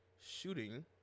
shooting –